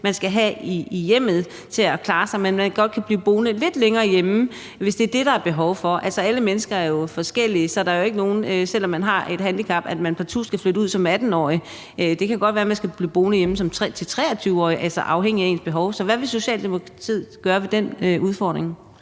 man skal have i hjemmet, til at klare sig, men at man godt kan blive boende hjemme lidt længere, hvis det er det, der er behov for. Alle mennesker er jo forskellige, så selv om man har et handicap, skal man jo ikke partout flytte ud som 18-årig. Det kan godt være, man skal blive boende hjemme, til man er 23, afhængigt af ens behov. Hvad vil Socialdemokratiet gøre ved den udfordring?